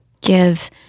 give